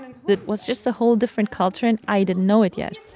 and it was just the whole different culture, and i didn't know it yet